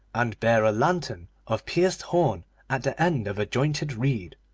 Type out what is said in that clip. and bare a lantern of pierced horn at the end of a jointed reed.